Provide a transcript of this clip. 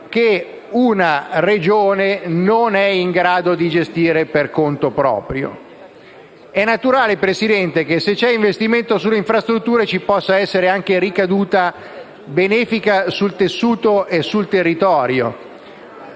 che una Regione non è in grado di gestire per conto proprio. È naturale, signora Presidente, che se c'è investimento sulle infrastrutture ci possa essere anche ricaduta benefica sul tessuto economico e sul territorio.